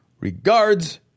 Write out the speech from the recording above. Regards